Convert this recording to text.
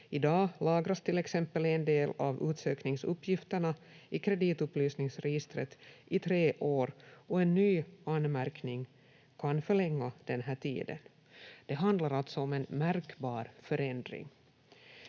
I dag lagras till exempel en del av utsökningsuppgifterna i kreditupplysningsregistret i tre år och en ny anmärkning kan förlänga den här tiden. Det handlar alltså om en märkbar förändring.